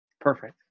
Perfect